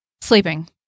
Sleeping